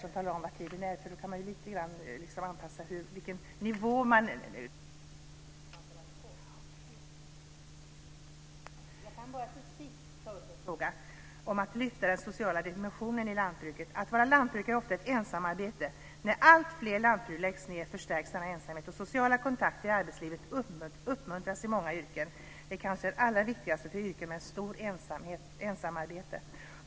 Jag vill till sist ta upp en fråga om den sociala dimensionen i lantbruket. Att vara lantbrukare är ofta ett ensamarbete. När alltfler lantbruk läggs ned förstärks denna ensamhet. Sociala kontakter i arbetslivet uppmuntras i många yrken, och de är kanske allra viktigast för yrken med stor del ensamarbete.